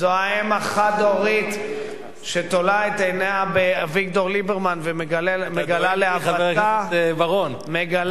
זו האם החד-הורית שתולה את עיניה באביגדור ליברמן ומגלה להוותה,